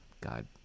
God